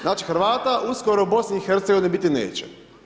Znači, Hrvata uskoro u BiH biti neće.